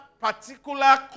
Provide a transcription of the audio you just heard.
particular